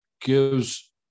gives